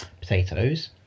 potatoes